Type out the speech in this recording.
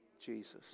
Jesus